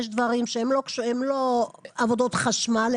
יש דברים שהם לא עבודות חשמל,